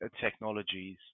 technologies